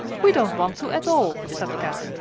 we don't want to at all, said kat.